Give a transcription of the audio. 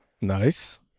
Nice